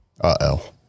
uh-oh